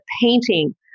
painting